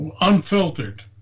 unfiltered